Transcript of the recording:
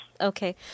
Okay